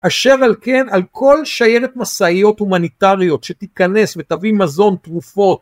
אשר על כן על כל שיירת משאיות הומניטריות שתיכנס ותביא מזון, תרופות